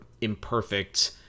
imperfect